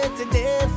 today